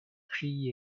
kree